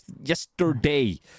Yesterday